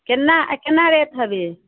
केना केना रेट हइ अभी